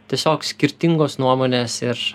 tiesiog skirtingos nuomonės ir